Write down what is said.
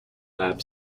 lab